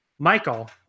Michael